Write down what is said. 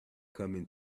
coming